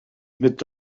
mit